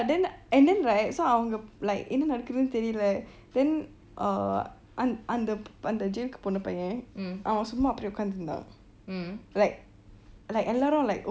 then and then right என்னா நடக்குது தெரியலை:enna nadakuthunu teriyaalai then அ அந்த அந்த:an anta anta jail கு போன பையன் அவன் சும்மா அப்புடி உட்கார்ந்துடு இருந்தான்:ku pona paiyan avan chuma appudi okarthu iruthaan like எல்லாரும்:ellarum like